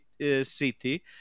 city